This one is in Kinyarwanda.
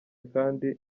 kandi